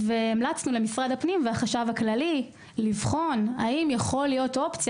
המלצנו למשרד הפנים ולחשב הכללי לבחון האם יכולה להיות אופציה